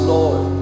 Lord